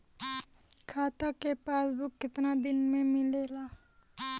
खाता के पासबुक कितना दिन में मिलेला?